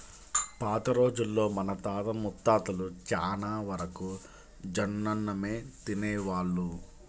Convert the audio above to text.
పాత రోజుల్లో మన తాత ముత్తాతలు చానా వరకు జొన్నన్నమే తినేవాళ్ళు